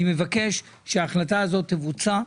אני מבקש שההחלטה הזאת תבוצע.